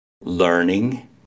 learning